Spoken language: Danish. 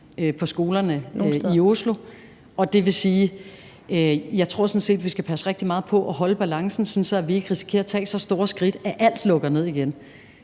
på skolerne i Oslo. Det vil sige, at jeg sådan set tror, at vi skal passe rigtig meget på og holde balancen, sådan at vi ikke risikerer at tage så store skridt, at alt lukker ned igen.